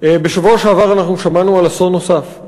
בשבוע שעבר שמענו על אסון נוסף,